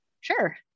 sure